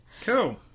Cool